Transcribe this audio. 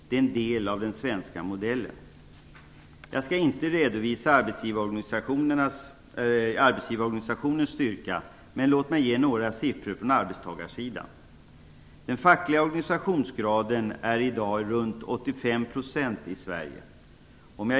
Det är en del av den svenska modellen. Jag skall inte redovisa arbetsgivarorganisationens styrka utan bara ge några siffror från arbetstagarsidan. Den fackliga organisationsgraden är i dag runt 85 % i Sverige.